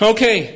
Okay